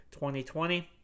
2020